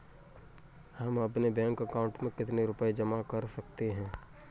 हम अपने bank account में कितने रुपये जमा कर सकते हैं?